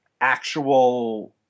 actual